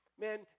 Man